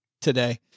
today